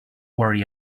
worry